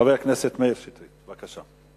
חבר הכנסת מאיר שטרית, בבקשה.